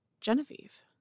Genevieve